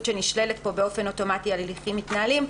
שנשללת פה באופן אוטומטי על הליכים מתנהלים,